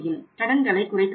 கடன்களை குறைக்க முடியும்